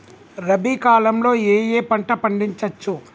రబీ కాలంలో ఏ ఏ పంట పండించచ్చు?